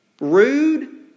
rude